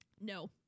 no